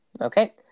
Okay